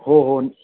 हो हो निश्चित